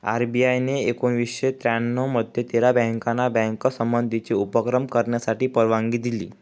RBI ने एकोणावीसशे त्र्यानऊ मध्ये तेरा बँकाना बँक संबंधीचे उपक्रम करण्यासाठी परवानगी दिली